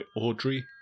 Audrey